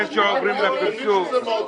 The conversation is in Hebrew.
אני מבין שזה מעודד,